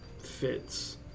fits